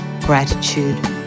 Gratitude